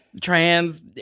trans